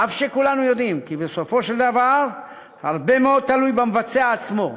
אף שכולנו יודעים כי בסופו של דבר הרבה מאוד תלוי במבצע עצמו,